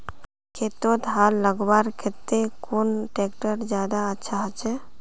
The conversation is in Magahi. खेतोत हाल लगवार केते कुन ट्रैक्टर ज्यादा अच्छा होचए?